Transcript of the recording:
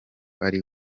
ari